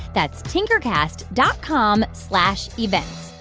that's tinkercast dot com slash events.